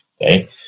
okay